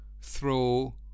throw